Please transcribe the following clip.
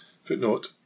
footnote